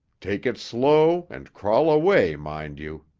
take it slow and crawl away, mind you.